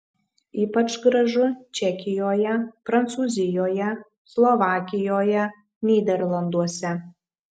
ypač gražu čekijoje prancūzijoje slovakijoje nyderlanduose